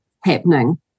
happening